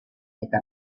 eta